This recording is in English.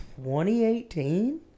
2018